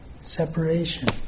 separation